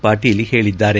ಪಾಟೀಲ್ ಹೇಳಿದ್ದಾರೆ